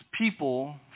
people